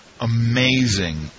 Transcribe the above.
amazing